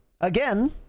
again